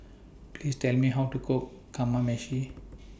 Please Tell Me How to Cook Kamameshi